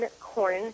corn